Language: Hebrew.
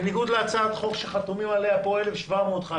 בניגוד להצעת החוק שחתומים עליה פה המון ח"כים,